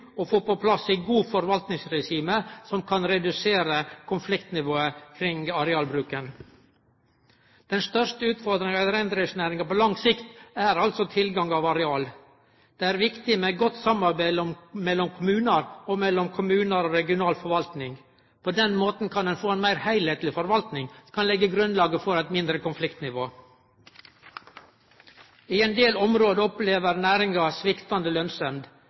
og få på plass eit godt forvaltningsregime som kan redusere konfliktnivået kring arealbruken. Den største utfordringa i reindriftsnæringa på lang sikt er altså tilgang på areal. Det er viktig med godt samarbeid mellom kommunar og mellom kommunar og regional forvaltning. På den måten kan ein få ein meir heilskapleg forvaltning og kan leggje grunnlaget for eit mindre konfliktnivå. I ein del område opplever næringa sviktande lønsemd.